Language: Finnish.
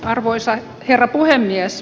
arvoisa herra puhemies